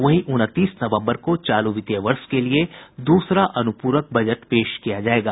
वहीं उनतीस नवम्बर को चालू वित्तीय वर्ष के लिए दूसरा अनुपूरक बजट पेश किया जायेगा